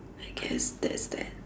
I guess that's that